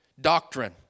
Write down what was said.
doctrine